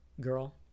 girl